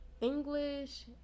English